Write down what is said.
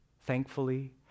Thankfully